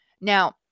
Now